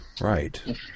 Right